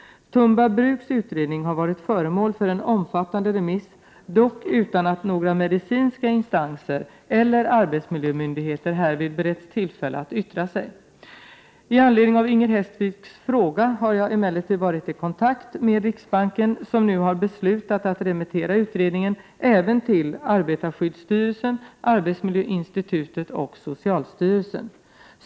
Tumba Bruks utredning har varit föremål för en omfattande remiss, dock utan att några medicinska instanser eller arbetsmiljömyndigheter därvid beretts tillfälle att yttra sig. I anledning av Inger Hestviks fråga har jag emellertid varit i kontakt med riksbanken, som nu har beslutat att remittera utredningen även till arbetarskyddsstyrelsen, arbetsmiljöinstitutet och socialstyrelsen.